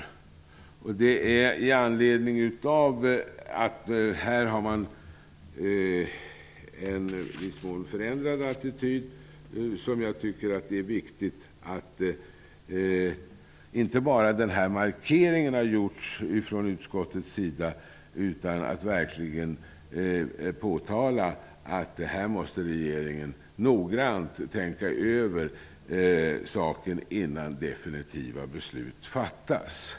I anledning av att man här har en i viss mån förändrad attityd, tycker jag att det är viktigt med inte bara den markering som har gjorts från utskottets sida utan att verkligen påtala att regeringen måste noggrant tänka över saken, innan definitiva beslut fattas.